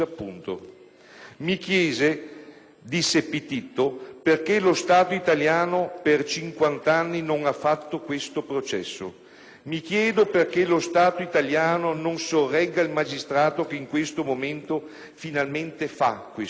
«Mi chiedo» - disse Pititto - «perché lo Stato italiano per cinquant'anni non ha fatto questo processo, mi chiedo perché lo Stato italiano non sorregga il magistrato che in questo momento finalmente fa questo processo,